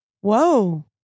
Whoa